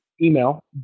email